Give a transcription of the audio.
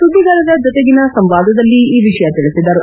ಸುದ್ದಿಗಾರರ ಜತೆಗಿನ ಸಂವಾದದಲ್ಲಿ ಈ ವಿಷಯ ತಿಳಿಸಿದರು